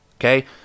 Okay